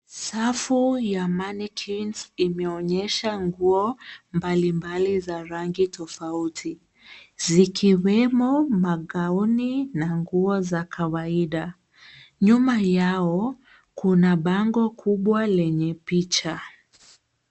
Safu ya manequins imeonyesha nguo mbalimbali za rangi tofauti, zikiwemo magauni na nguo za kawaida. Nyuma yao, kuna bango kubwa lenye picha.